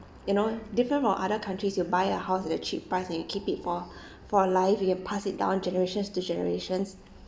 you know different from other countries you buy a house at a cheap price and you keep it for for life you can pass it down generations to generations